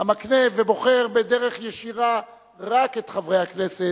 המקנה ובוחר בדרך ישירה רק את חברי הכנסת,